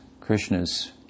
Krishna's